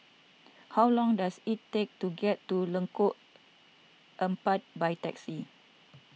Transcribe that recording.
how long does it take to get to Lengkong Empat by taxi